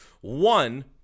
One